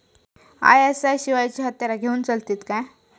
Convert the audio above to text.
ISI शिवायची हत्यारा घेऊन चलतीत काय?